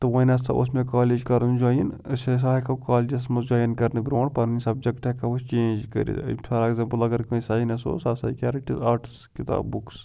تہٕ وۄنۍ ہسا اوٗس مےٚ کالج کرُن جۄین أسۍ ہسا ہیٚکہٕ ہاو کالجَس منٛز جۄین کرنہِ برٛونٛٹھ پنٕنۍ سبجکٹہٕ ہیٚکہٕ ہاو أسۍ چینٛج کٔرِتھ فار ایٚگزامپٕل اگر کٲنٛسہِ ساینس اوٗس سُہ ہسا ہیٚکہِ ہا رٔٹِتھ آرٹٕس کِتاب بُکٕس